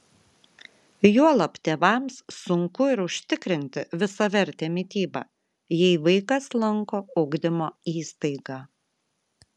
juolab tėvams sunku ir užtikrinti visavertę mitybą jei vaikas lanko ugdymo įstaigą